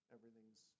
Everything's